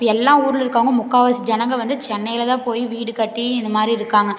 இப்போ எல்லா ஊரில் இருக்கிறவங்களும் முக்கால்வாசி ஜனங்க வந்து சென்னையில் தான் போய் வீடு கட்டி இந்த மாதிரி இருக்காங்க